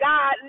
God